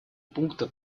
пункта